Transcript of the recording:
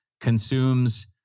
consumes